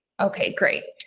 okay. great.